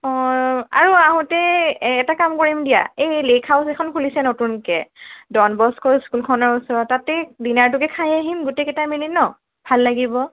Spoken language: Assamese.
অঁ আৰু আঁহোতে এটা কাম কৰিম দিয়া এই লেক হাউচ এখন খুলিছে নতুনকে ডনবস্ক' স্কুলখনৰ ওচৰত তাতে ডিনাৰটোকে খাই আহিম গোটেই কেইটাই মিলি ন' ভাল লাগিব